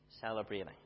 celebrating